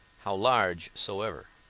how large soever.